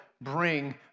bring